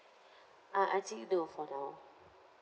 ah I think no for now